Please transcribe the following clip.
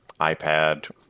iPad